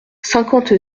cinquante